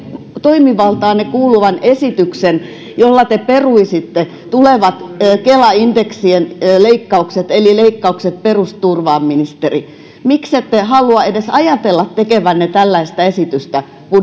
toimivaltaanne kuuluvan esityksen jolla te peruisitte tulevat kela indeksien leikkaukset eli leikkaukset perusturvaan ministeri miksette halua edes ajatella tekevänne tällaista esitystä